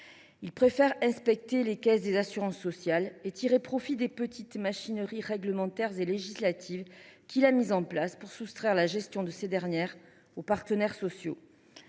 Il préfère inspecter les caisses des assurances sociales et tirer profit des petites machineries réglementaires et législatives qu’il a mises en place pour soustraire la gestion de ces dernières aux partenaires sociaux.